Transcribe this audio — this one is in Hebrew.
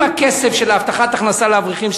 עם הכסף של הבטחת הכנסה לאברכים,